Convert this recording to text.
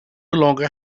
longer